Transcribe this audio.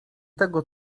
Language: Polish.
tego